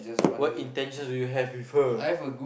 what intentions do you have with her